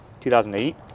2008